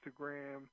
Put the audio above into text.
Instagram